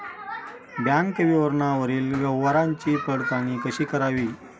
Bank विवरणावरील व्यवहाराची पडताळणी कशी करावी?